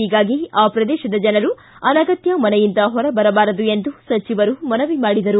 ಹೀಗಾಗಿ ಆ ಪ್ರದೇಶದ ಜನರು ಅನಗತ್ತ ಮನೆಯಿಂದ ಹೊರಬರಬಾರದು ಎಂದು ಸಚಿವರು ಮನವಿ ಮಾಡಿದರು